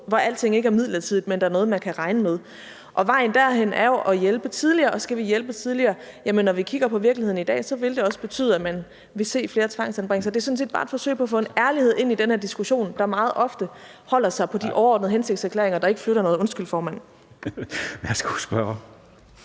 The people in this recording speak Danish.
hvor alting ikke er midlertidigt, men der er noget, man kan regne med. Vejen derhen er jo at hjælpe tidligere, og skal vi hjælpe tidligere, vil det også betyde – det kan vi se er virkeligheden i dag – at man vil se flere tvangsanbringelser. Og det er sådan set bare et forsøg på at få en ærlighed ind i den her diskussion, der meget ofte holder sig på de overordnede hensigtserklæringer, der ikke flytter noget. Kl. 13:27 Formanden